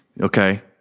okay